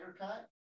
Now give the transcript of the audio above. cut